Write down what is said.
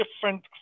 different